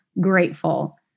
grateful